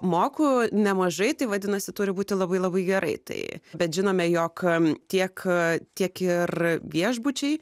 moku nemažai tai vadinasi turi būti labai labai gerai tai bet žinome jog tiek tiek ir viešbučiai